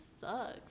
sucks